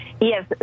Yes